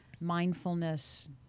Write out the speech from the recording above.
mindfulness